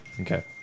Okay